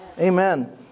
Amen